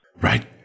Right